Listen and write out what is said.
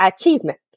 achievement